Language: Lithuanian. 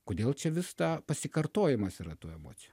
kodėl čia vis ta pasikartojimas yra tų emocijų